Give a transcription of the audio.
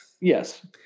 Yes